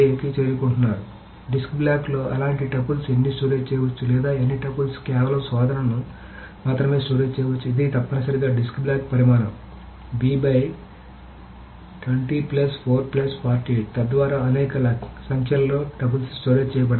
కి చేరుకుంటున్నారు డిస్క్ బ్లాక్లో అలాంటి టపుల్స్ ఎన్ని స్టోరేజ్ చేయవచ్చు లేదా ఎన్ని టపుల్స్ కేవలం శోధనను మాత్రమే స్టోరేజ్ చేయవచ్చు ఇది తప్పనిసరిగా డిస్క్ బ్లాక్ పరిమాణం తద్వారా అనేక సంఖ్యలో టపుల్స్ స్టోరేజ్ చేయబడతాయి